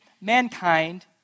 mankind